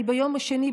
ביום שני,